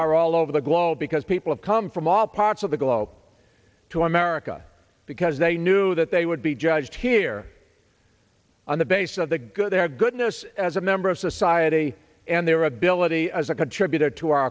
are all over the globe because people come from all parts of the globe to america because they knew that they would be judged here on the basis of the good their goodness as a member of society and their ability as a contributor to our